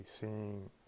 seeing